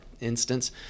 instance